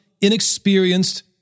inexperienced